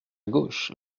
gauche